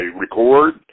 record